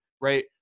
right